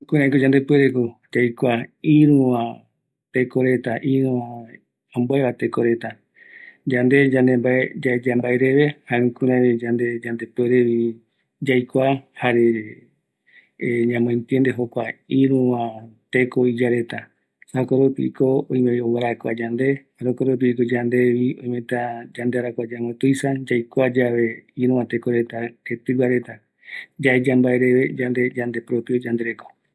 Yandepuereko yaikua ïruva tekoreta, jayave yaikuatavi yamboetereve, ëreï ngaravi yaeya yandereko, yamboeteuka reve ïruva retape, jayave oïmeta arakua ñanoïvi